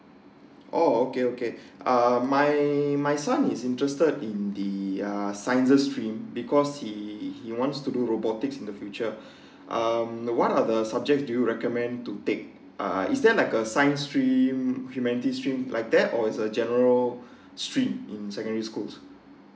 oh okay okay uh my my son is interested in the uh sciences stream because he he wants to do robotics in the future um know what are the subjects do you recommend to take uh is there like a science stream humanities stream like that or is a general stream in secondary schools